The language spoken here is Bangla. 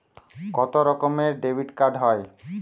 কত রকমের ডেবিটকার্ড হয়?